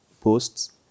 posts